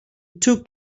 two